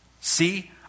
See